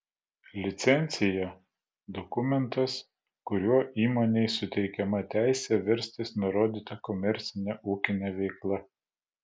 licencija dokumentas kuriuo įmonei suteikiama teisė verstis nurodyta komercine ūkine veikla